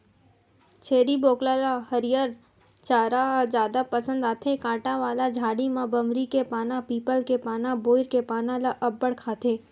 छेरी बोकरा ल हरियर चारा ह जादा पसंद आथे, कांटा वाला झाड़ी म बमरी के पाना, पीपल के पाना, बोइर के पाना ल अब्बड़ खाथे